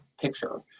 picture